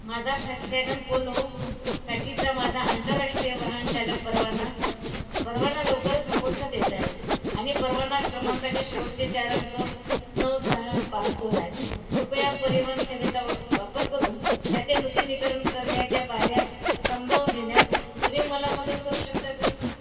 माझा फॅक्सवॅगन पोलोसाठीचा माझा आंतरराष्ट्रीय वाहनचालक परवाना परवाना लवकर संपुष्टात येत आहे आणि परवाना क्रमांकाचे शेवटचे चार अंक नऊ सहा पाच दोन आहेत कृपया परिवहन सेवेचा वापर करून त्याचे नूतनीकरण करण्याच्या पायऱ्या समजावून घेण्यास तुम्ही मला मदत करू शकता का